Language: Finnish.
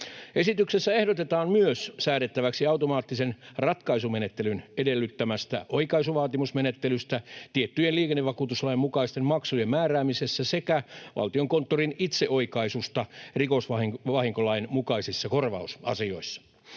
Esityksessä ehdotetaan myös säädettäväksi automaattisen ratkaisumenettelyn edellyttämästä oikaisuvaatimusmenettelystä tiettyjen liikennevakuutuslain mukaisten maksujen määräämisessä sekä Valtiokonttorin itseoikaisusta rikosvahinkolain mukaisissa korvausasioissa.